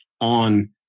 on